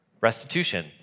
restitution